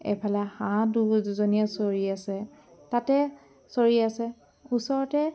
এফালে হাঁহ দুজনীয়ে চৰি আছে তাতে চৰি আছে ওচৰতে